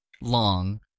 long